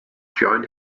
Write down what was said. join